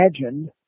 imagined